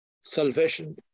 salvation